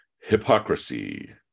hypocrisy